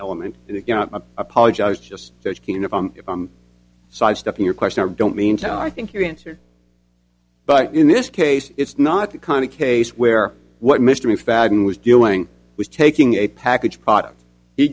element it apologize just sidestepping your question i don't mean to i think your answer but in this case it's not the kind of case where what mystery fagen was doing was taking a package product he